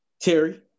Terry